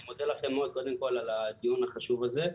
אני מודה לכם מאוד קודם כול על הדיון החשוב הזה,